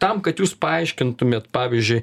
tam kad jūs paaiškintumėt pavyzdžiui